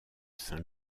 saint